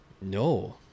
No